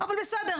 אבל בסדר,